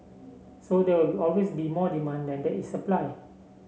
so there will be always be more demand that there is supply